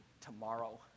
tomorrow